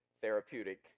therapeutic